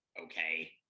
Okay